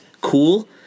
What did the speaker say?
cool